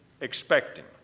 expecting